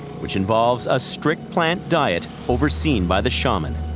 which involves a strict plant diet overseen by the shaman.